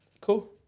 Cool